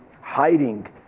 hiding